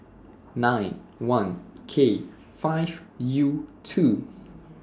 nine one K five U two